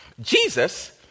Jesus